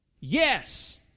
Yes